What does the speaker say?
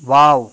wow